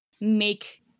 make